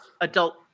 adult